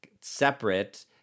separate